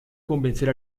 convencer